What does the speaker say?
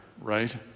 right